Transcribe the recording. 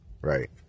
right